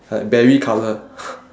uh berry colour